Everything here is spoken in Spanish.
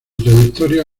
trayectoria